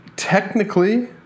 Technically